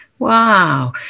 Wow